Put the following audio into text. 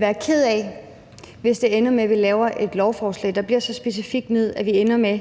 være ked af det, hvis det ender med, at vi laver et lovforslag, der bliver så specifikt, at vi ender med,